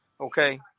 okay